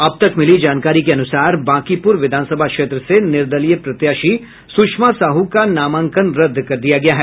अब तक मिली जानकारी के अनुसार बांकीपुर विधानसभा क्षेत्र से निर्दलीय प्रत्याशी सूषमा साह का नामांकन रद्द कर दिया गया है